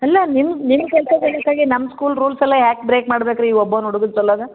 ಅಲ್ಲ ನಿಮ್ಮ ನಿಮ್ಮ ಕೆಲಸ ನಮ್ಮ ಸ್ಕೂಲ್ ರೂಲ್ಸ್ ಎಲ್ಲ ಯಾಕೆ ಬ್ರೇಕ್ ಮಾಡ್ಬೇಕು ರೀ ಈ ಒಬ್ಬನು ಹುಡುಗನ ಸಲ್ವಾಗಿ